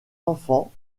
enfants